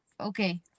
okay